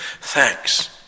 Thanks